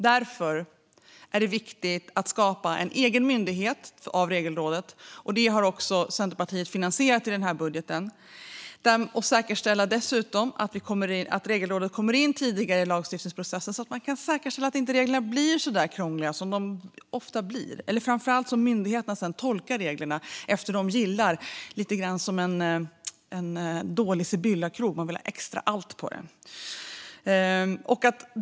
Därför är det viktigt att skapa en egen myndighet av Regelrådet. Detta har också Centerpartiet finansierat i den här budgeten. Dessutom är det viktigt att säkerställa att Regelrådet kommer in tidigare i lagstiftningsprocessen så att man kan säkerställa att reglerna inte blir så där krångliga som de blir. Framför allt behöver detta göras eftersom myndigheterna sedan tolkar reglerna utifrån vad de gillar; lite som en dålig Sibyllakorv som man vill ha extra allt på.